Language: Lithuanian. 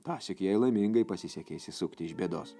tąsyk jai laimingai pasisekė išsisukti iš bėdos